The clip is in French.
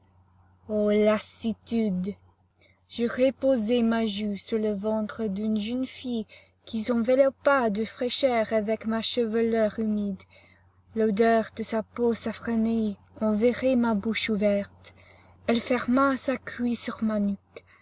ô lassitude je reposai ma joue sur le ventre d'une jeune fille qui s'enveloppa de fraîcheur avec ma chevelure humide l'odeur de sa peau safranée enivrait ma bouche ouverte elle ferma sa cuisse sur ma